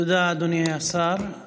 תודה, אדוני השר.